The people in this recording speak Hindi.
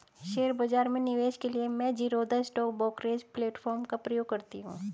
शेयर बाजार में निवेश के लिए मैं ज़ीरोधा स्टॉक ब्रोकरेज प्लेटफार्म का प्रयोग करती हूँ